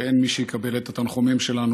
שאין מי שיקבל את התנחומים שלנו,